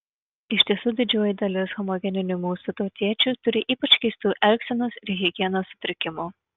iš tiesų didžioji dalis homogeninių mūsų tautiečių turi ypač keistų elgsenos ir higienos sutrikimų